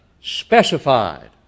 specified